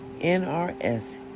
NRS